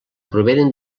provenen